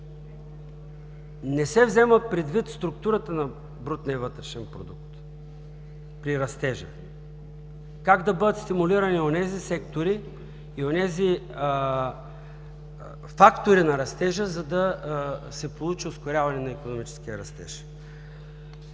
не се взема предвид структурата на брутния вътрешен продукт, как да бъдат стимулирани онези сектори и онези фактори на растежа, за да се получи ускоряване на икономическия растеж.